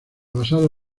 basado